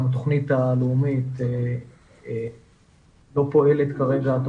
גם התוכנית הלאומית לבטיחות ילדים לא פועלת כרגע.